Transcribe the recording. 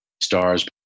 stars